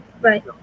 Right